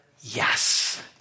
yes